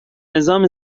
نظام